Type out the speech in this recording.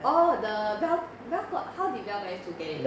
orh the dell dell got how did dell managed to get it